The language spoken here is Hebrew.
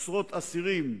עשרות אסירים,